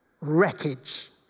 wreckage